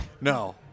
no